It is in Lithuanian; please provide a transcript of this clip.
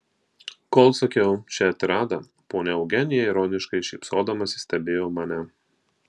kol sakiau šią tiradą ponia eugenija ironiškai šypsodamasi stebėjo mane